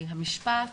המשפט